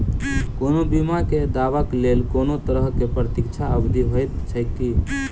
कोनो बीमा केँ दावाक लेल कोनों तरहक प्रतीक्षा अवधि होइत छैक की?